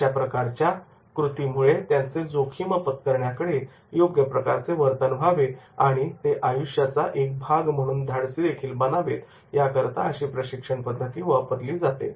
अशा प्रकारच्या कृतीमुळे त्यांचे जोखीम पत्करण्याकडे योग्य प्रकारचे वर्तन व्हावे आणि ते आयुष्याचा एक भाग म्हणून धाडसीदेखील बनावेत याकरता अशी प्रशिक्षण पद्धत वापरली जाते